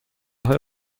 های